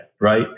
right